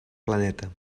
planeta